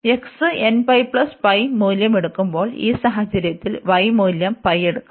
X മൂല്യം എടുക്കുമ്പോൾ ഈ സാഹചര്യത്തിൽ y മൂല്യം എടുക്കും